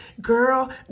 girl